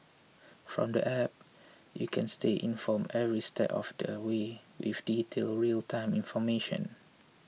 from the App you can stay informed every step of the way with detailed real time information